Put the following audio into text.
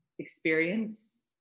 experience